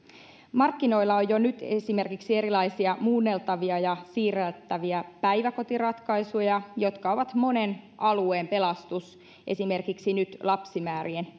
markkinoilla on jo nyt esimerkiksi erilaisia muunneltavia ja siirreltäviä päiväkotiratkaisuja jotka ovat nyt monen alueen pelastus esimerkiksi lapsimäärien